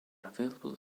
available